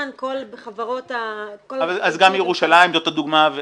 גם כל החברות --- אז גם ירושלים באותה דוגמה,